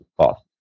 cost